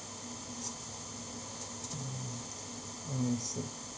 mm I see